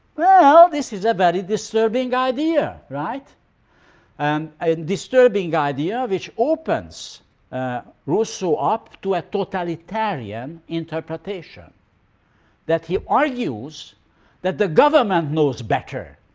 well this is a very disturbing idea and a disturbing idea which opens rousseau up to a totalitarian interpretation that he argues that the government knows better.